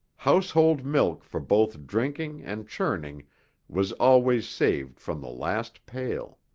household milk for both drinking and churning was always saved from the last pail.